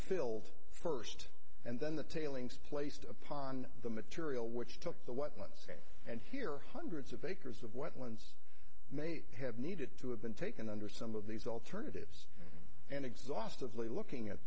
filled first and then the tailings placed upon the material which took the wetlands and here hundreds of acres of wetlands may have needed to have been taken under some of these alternatives and exhaustively looking at